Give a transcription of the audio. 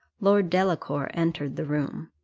lord delacour entered the room.